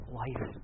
life